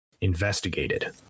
investigated